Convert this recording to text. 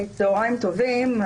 צוהריים טובים,